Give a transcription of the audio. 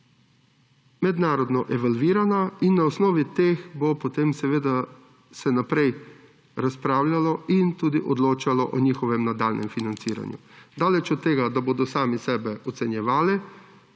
mednarodno evalvirana. Na osnovi teh bo potem seveda se naprej razpravljalo in tudi odločalo o njihovem nadaljnjem financiranju. Daleč od tega, da bodo sami sebe ocenjevali,